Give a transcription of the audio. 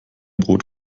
brot